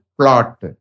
plot